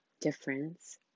difference